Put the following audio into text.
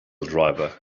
driver